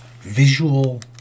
visual